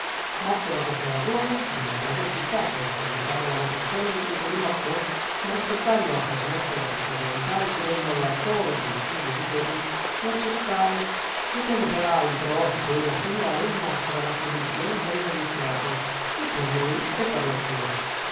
mosso da queste ragioni sebbene credessi poco alla serietà della vocazione di quel giovinotto ma rispettando la fermezza della sua volontà e cedendo all'ardore del suo desiderio lo accettai mettendo per altro a tutela sua e nostra la condizione del noviziato e per lo zio e per lui